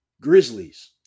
Grizzlies